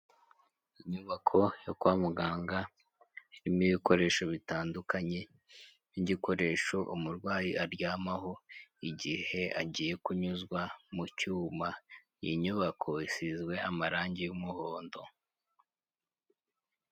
Inyubako yo kwa muganga irimo ibikoresho bitandukanye, nk'igikoresho umurwayi aryamaho igihe agiye kunyuzwa mu cyuma, iyi nyubako isizwe amarangi y'umuhondo.